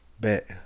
Bet